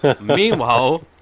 Meanwhile